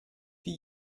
wie